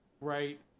right